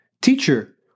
Teacher